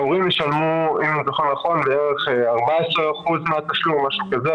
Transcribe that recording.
ההורים ישלמו כ-14% מהתשלום,